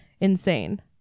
insane